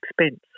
expense